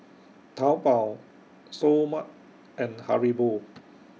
Taobao Seoul Mart and Haribo